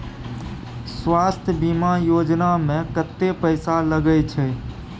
स्वास्थ बीमा योजना में कत्ते पैसा लगय छै?